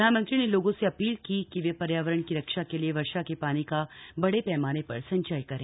प्रधानमंत्री ने लोगों से अपील की कि वे पर्यावरण की रक्षा के लिए वर्षा के पानी का बडे पैमाने पर संचय करें